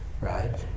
right